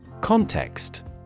Context